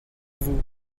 vous